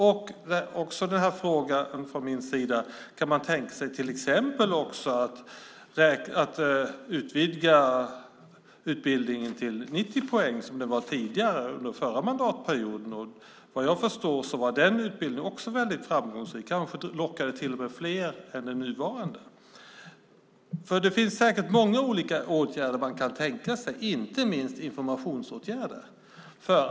Jag frågade också om man till exempel kunde tänka sig att utvidga utbildningen till 90 poäng, som den var tidigare, under förra mandatperioden. Vad jag förstår var också den utbildningen mycket framgångsrik. Kanske lockade den till och med fler än den nuvarande. Det finns säkert många olika åtgärder man kan tänka sig, inte minst informationsåtgärder.